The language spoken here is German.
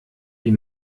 die